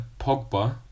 Pogba